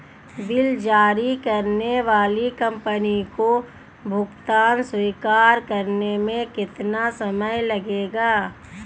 Bill जारी करने वाली कंपनी को भुगतान स्वीकार करने में कितना समय लगेगा?